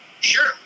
Sure